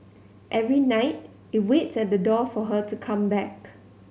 every night it waits at the door for her to come back